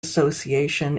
association